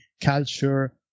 culture